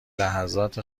لحظات